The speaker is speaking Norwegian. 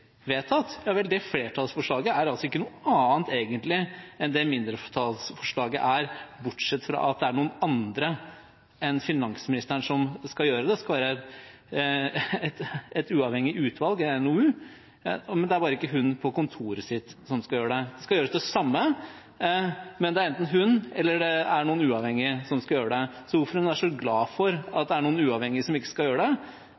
vedtatt. Ja vel, romertallsforslaget er egentlig ikke noe annet enn det mindretallsforslaget er, bortsett fra at det er noen andre enn finansministeren som skal gjøre det. Det skal være et uavhengig utvalg, en NOU, det er bare ikke hun, på kontoret sitt, som skal gjøre det. Det skal gjøres det samme, men det er enten hun eller noen uavhengige som skal gjøre det. Hvorfor hun er så glad for at noen uavhengige ikke skal gjøre det,